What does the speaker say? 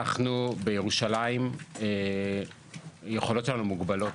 בירושלים היכולות שלנו מוגבלות.